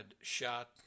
shot